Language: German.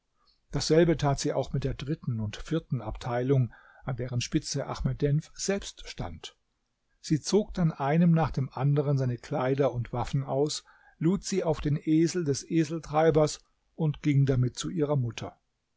dasselbe tat sie auch mit der dritten und vierten abteilung an deren spitze ahmed denf selbst stand sie zog dann einem nach dem anderen seine kleider und waffen aus lud sie auf den esel des eseltreibers und ging damit zu ihrer mutter